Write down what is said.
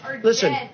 Listen